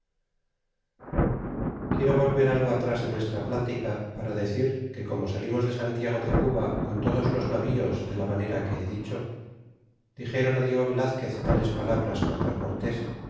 quiero volver algo atras de nuestra platica para decir que como salimos de santiago de cuba con todos los navíos de la manera que he dicho dixéron á diego velazquez tales palabras contra cortés